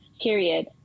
period